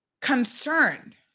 concerned